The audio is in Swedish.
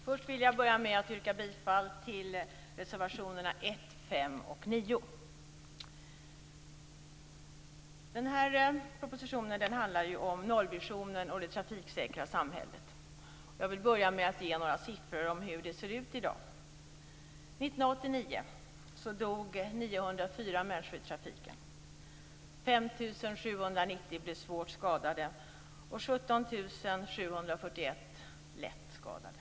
Fru talman! Först vill jag yrka bifall till reservationerna 1, 5 och 9. Den här propositionen handlar om nollvisionen och det trafiksäkra samhället. Jag vill börja med att ge några siffror om hur det ser ut i dag. År 1989 dog 904 människor i trafiken, 5 790 blev svårt skadade och 17 741 lätt skadade.